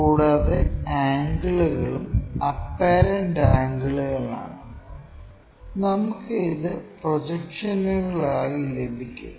കൂടാതെ ആംഗിളുകളും അപ്പറെന്റ് ആംഗിളുകളാണ് നമുക്ക് ഇത് പ്രൊജക്ഷനുകളായി ലഭിക്കും